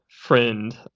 friend